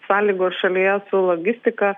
sąlygos šalyje su logistika